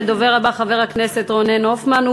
הדובר הבא, חבר הכנסת רונן הופמן.